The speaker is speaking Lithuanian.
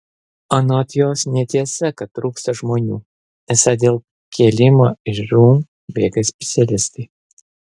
anot jos netiesa kad trūksta žmonių esą dėl kėlimo iš žūm bėga specialistai